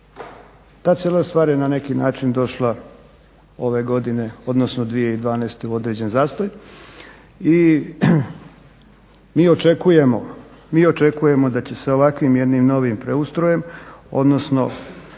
Ta cijela stvar je na neki način došla ove godine odnosno 2012. U određen zastoj i mi očekujemo da će se ovakvim jednim novim preustrojem odnosno